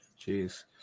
Jeez